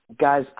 Guys